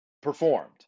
performed